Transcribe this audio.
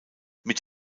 mit